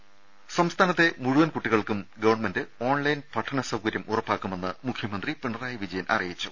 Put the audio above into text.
ദേദ സംസ്ഥാനത്തെ മുഴുവൻ കുട്ടികൾക്കും ഗവൺമെന്റ് ഓൺലൈൻ പഠന സൌകര്യം ഉറപ്പാക്കുമെന്ന് മുഖ്യമന്ത്രി പിണറായി വിജയൻ അറിയിച്ചു